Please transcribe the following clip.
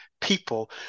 people